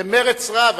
במרץ רב.